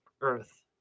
earth